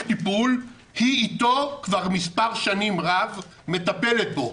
טיפול היא איתו כבר מספר שנים רב מטפלת בו.